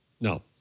no